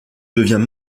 devient